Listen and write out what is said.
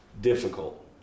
difficult